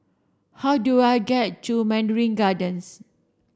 how do I get to Mandarin Gardens